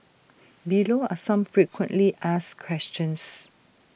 below are some frequently asked questions